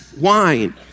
wine